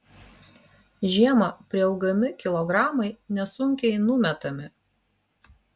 žiemą priaugami kilogramai nesunkiai numetami